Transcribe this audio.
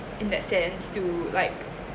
in that sense to like